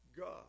God